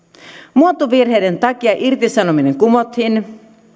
muotovirheiden takia irtisanominen kumottiin